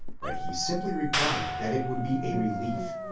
but he simply replied that it would be a relief.